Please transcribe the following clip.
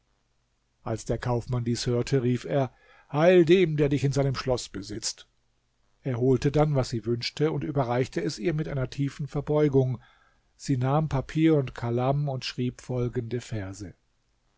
als der kaufmann dies hörte rief er heil dem der dich in seinem schloß besitzt er holte dann was sie wünschte und überreichte es ihr mit einer tiefen verbeugung sie nahm papier und kalam und schrieb folgende verse